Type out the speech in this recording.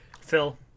Phil